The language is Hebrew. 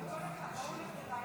אני קובע שההצעה לא התקבלה